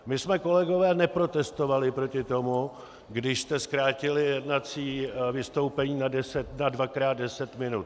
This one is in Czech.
My jsme, kolegové, neprotestovali proti tomu, když jste zkrátili jednací vystoupení na dvakrát deset minut.